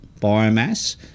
biomass